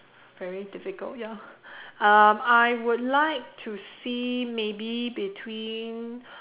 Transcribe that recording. very difficult ya um I would like to see maybe between